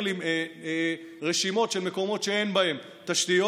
לי רשימות של מקומות שאין בהם תשתיות.